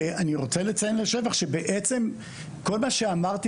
ואני רוצה לציין לשבח שבעצם כל מה שאמרתי